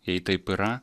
jei taip yra